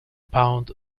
pound